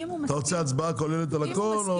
אתה רוצה הצבעה כוללת על הכול או לחלק?